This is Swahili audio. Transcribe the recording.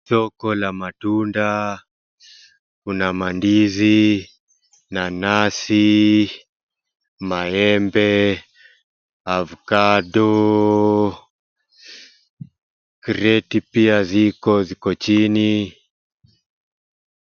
Soko la matunda. Kuna mandizi, nanasi, maembe, avocado, kreti pia ziko chini.